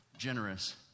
generous